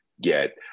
get